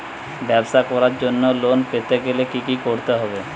ব্যবসা করার জন্য লোন পেতে গেলে কি কি করতে হবে?